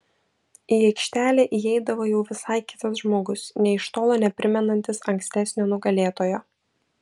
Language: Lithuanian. į aikštelę įeidavo jau visai kitas žmogus nė iš tolo neprimenantis ankstesnio nugalėtojo